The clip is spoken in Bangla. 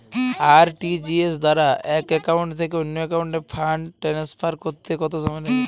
আর.টি.জি.এস দ্বারা এক একাউন্ট থেকে অন্য একাউন্টে ফান্ড ট্রান্সফার করতে কত সময় লাগে?